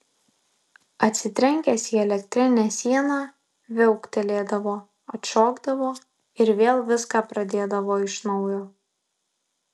atsitrenkęs į elektrinę sieną viauktelėdavo atšokdavo ir vėl viską pradėdavo iš naujo